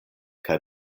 kaj